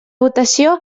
votació